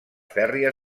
fèrria